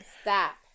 Stop